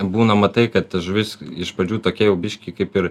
būna matai kad ta žuvis iš pradžių tokia jau biškį kaip ir